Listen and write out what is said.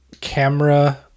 camera